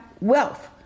wealth